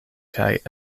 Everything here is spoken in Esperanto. kaj